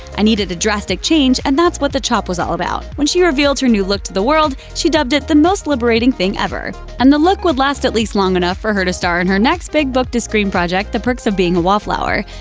i needed a drastic change and that's what the chop was all about. when she revealed her new look to the world, she dubbed it the most liberating thing ever. and the look would last at least long enough for her to star in her next big book-to-screen project the perks of being a wallflower.